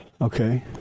Okay